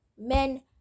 men